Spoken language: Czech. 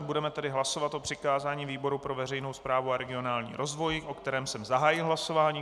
Budeme tedy hlasovat o přikázání výboru pro veřejnou správu a regionální rozvoj, o kterém jsem zahájil hlasování.